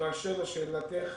באשר לשאלתך,